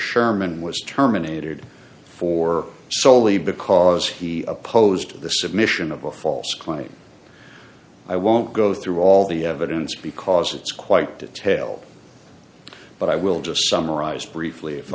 sherman was terminated for solely because he opposed the submission of a false claim i won't go through all the evidence because it's quite detailed but i will just summarize briefly if